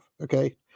Okay